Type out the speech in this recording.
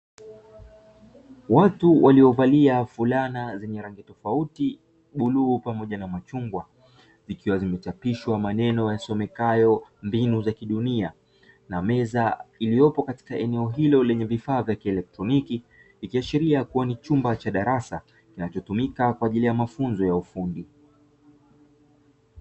Watu waliovalia fulana zenye rangi tofauti, bluu pamoja na machungwa zikiwa zimechapishishwa maneno yasomekayo "mbinu za kidunia" na meza iliyopo katika eneo hilo lenye vifaa vya kielektroniki ikiashiria kuwa ni chumba cha darasa kinachotumika katika mafunzo ya ufundi.